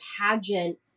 pageant